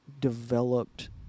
developed